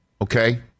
Okay